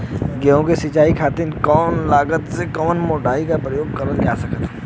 गेहूँ के सिचाई खातीर कम लागत मे कवन मोटर के प्रयोग करल जा सकेला?